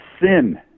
sin